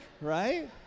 Right